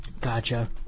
Gotcha